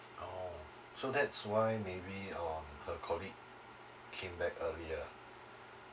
oh so that's why maybe um her colleague came back earlier